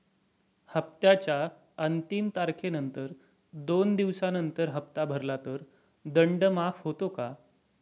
हप्त्याच्या अंतिम तारखेनंतर दोन दिवसानंतर हप्ता भरला तर दंड माफ होतो का?